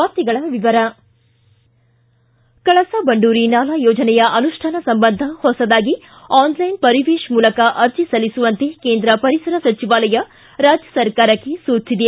ವಾರ್ತೆಗಳ ವಿವರ ಕಳಸಾ ಬಂಡೂರಿ ನಾಲಾ ಯೋಜನೆಯ ಅನುಷ್ಠಾನ ಸಂಬಂಧ ಹೊಸದಾಗಿ ಆನ್ಲೈನ್ ಪರಿವೇಶ್ ಮೂಲಕ ಅರ್ಜಿ ಸಲ್ಲಿಸುವಂತೆ ಕೇಂದ್ರ ಪರಿಸರ ಸಚಿವಾಲಯ ರಾಜ್ಯ ಸರ್ಕಾರಕ್ಕೆ ಸೂಚಿಸಿದೆ